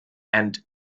and